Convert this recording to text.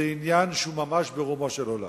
זה עניין שהוא ממש ברומו של עולם.